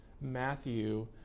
Matthew